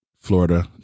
Florida